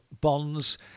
bonds